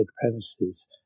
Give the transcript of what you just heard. premises